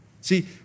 See